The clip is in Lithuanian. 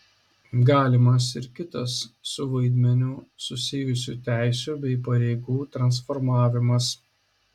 galimas ir kitas su vaidmeniu susijusių teisių bei pareigų transformavimas